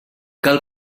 cal